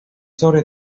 sobre